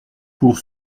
pour